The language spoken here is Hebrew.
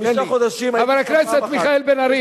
חבר הכנסת מיכאל בן-ארי,